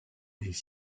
des